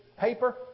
paper